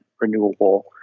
renewable